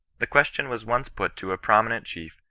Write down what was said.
the question was once put to a prominent chief,